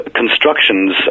constructions